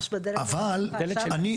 אבל אני,